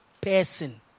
person